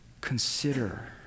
consider